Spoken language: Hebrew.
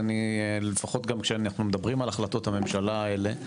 לפחות כשאנחנו מדברים על החלטות הממשלה האלה,